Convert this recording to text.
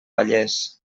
vallès